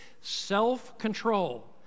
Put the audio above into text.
self-control